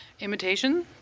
imitation